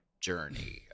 journey